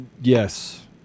yes